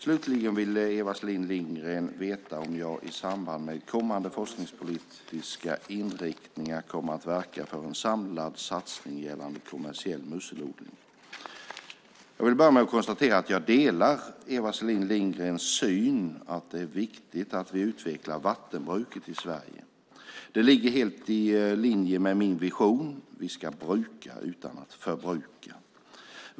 Slutligen vill Eva Selin Lindgren veta om jag i samband med kommande forskningspolitiska inriktningar kommer att verka för en samlad satsning gällande kommersiell musselodling. Jag kan börja med att konstatera att jag delar Eva Selin Lindgrens syn att det är viktigt att vi utvecklar vattenbruket i Sverige. Det ligger helt i linje med min vision: Vi ska bruka utan att förbruka.